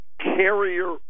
carrier